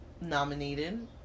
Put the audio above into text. nominated